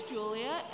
Julia